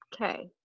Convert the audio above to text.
Okay